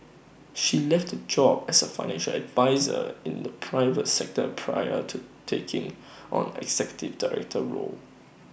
she left her job as A financial adviser in the private sector prior to taking on executive director role